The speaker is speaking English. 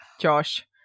Josh